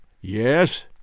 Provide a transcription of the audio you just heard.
Yes